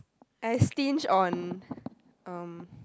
I stinge on um